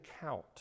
count